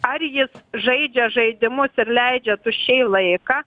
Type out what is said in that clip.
ar jis žaidžia žaidimus ir leidžia tuščiai laiką